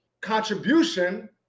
contribution